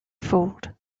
fooled